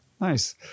Nice